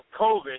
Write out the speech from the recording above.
COVID